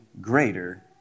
greater